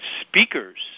speakers